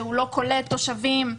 שלא קולט תושבים.